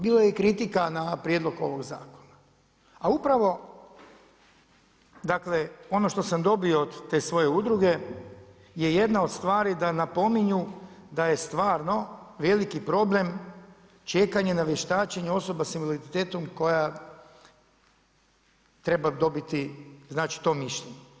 Bilo je kritika na prijedlog ovog zakona a upravo dakle, ono što sam dobio od te svoje udruge, je jedna od stvari da napominju da je stvarno veliki problem čekanja na vještačenja osoba s invaliditetom koja treba dobiti to mišljenje.